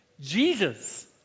Jesus